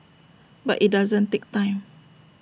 but IT doesn't take time